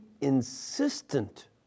insistent